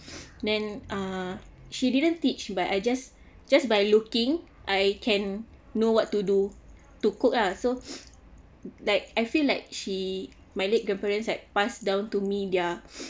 then uh she didn't teach but I just just by looking I can know what to do to cook ah so like I feel like she my late grandparents have passed down to me their